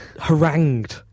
harangued